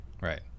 Right